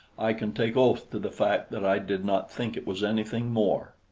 i can take oath to the fact that i did not think it was anything more.